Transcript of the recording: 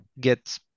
get